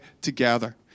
together